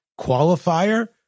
qualifier